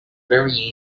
very